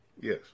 Yes